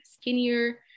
skinnier